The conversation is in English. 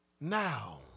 now